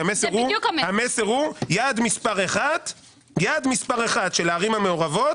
המסר הוא שהיעד מספר אחת של הערים המעורבות